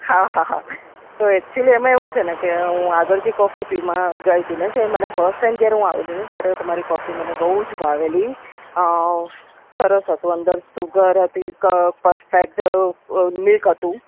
હાં હાં હાં તો એકચ્યુલી એમાં એવું છે ને કે હું આગળ જે કોફી પીમાં ગઈ હતી ને તો એ મને ફસ્ટ ટાઈમ જ્યારે હું આવેલીને ત્યારે તમારી કોફી મને બહુ જ ભાવેલી સરસ હતું અંદર સુગર હતી પરફેક્ટ મિલ્ક હતું